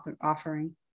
offering